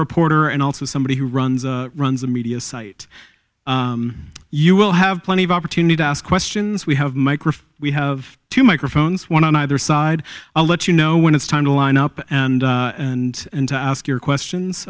reporter and also somebody who runs runs a media site you will have plenty of opportunity to ask questions we have microphone we have two microphones one on either side i'll let you know when it's time to line up and and and to ask your questions